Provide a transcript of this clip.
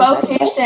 Vocation